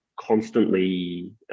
constantly